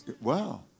Wow